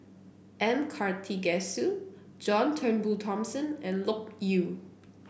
M Karthigesu John Turnbull Thomson and Loke Yew